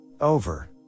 Over